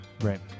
Right